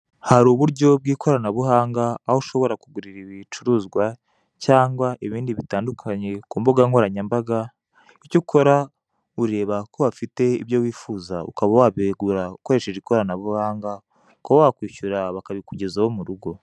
Hari uburyo bw'ikoranabuhanga aho ushobora kugurira ibicuruzwa cyangwa ibindi bitandukanye ku mbugankoranyambaga icyo ukora ureba ko bafite ibyo wifuza ukaba wabigura ukoresheje ikoranabuhanga akaba wakwishyura bakabikugezaho mu rugo.